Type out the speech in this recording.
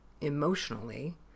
emotionally